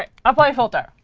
ah apply filter.